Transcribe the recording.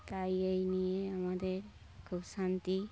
তাই এই নিয়ে আমাদের খুব শান্তি